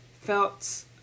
felt